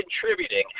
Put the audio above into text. contributing